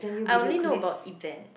I only know about events